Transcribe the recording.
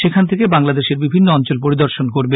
সেখান থেকে বাংলাদেশের বিভিন্ন অঞ্চল পরিদর্শন করবে